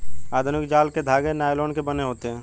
आधुनिक जाल के धागे नायलोन के बने होते हैं